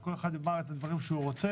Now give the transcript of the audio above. וכל אחד יאמר את הדברים שהוא רוצה.